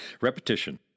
Repetition